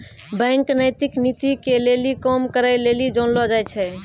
bank नैतिक नीति के लेली काम करै लेली जानलो जाय छै